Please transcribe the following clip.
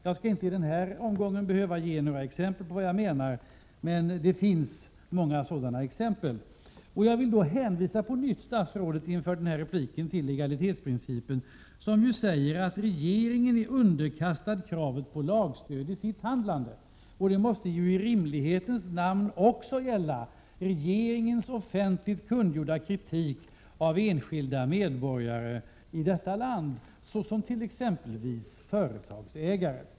Det finns många exempel på vad jag menar, men jag skall inte i denna omgång behöva ge något exempel. Inför statsrådets nästa replik vill jag bara på nytt hänvisa till legalitetsprincipen, som säger att regeringen är underkastad kravet på lagstöd i sitt handlande. Detta måste ju i rimlighetens namn också gälla regeringens offentligt kungjorda kritik av enskilda medborgare i detta land, såsom t.ex. företagsägare.